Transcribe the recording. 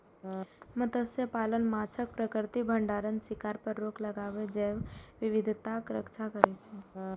मत्स्यपालन माछक प्राकृतिक भंडारक शिकार पर रोक लगाके जैव विविधताक रक्षा करै छै